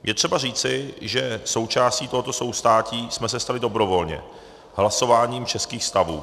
Je třeba říci, že součástí tohoto soustátí jsme se stali dobrovolně hlasováním českých stavů.